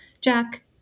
Jack